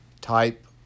type